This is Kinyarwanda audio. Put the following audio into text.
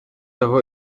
aho